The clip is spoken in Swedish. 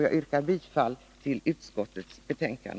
Jag yrkar bifall till utskottets hemställan.